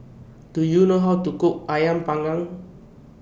Do YOU know How to Cook Ayam Panggang